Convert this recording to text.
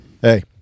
hey